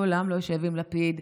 לעולם לא אשב עם לפיד,